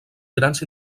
grans